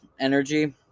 energy